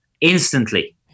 instantly